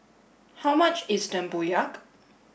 how much is Tempoyak